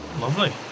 Lovely